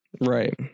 Right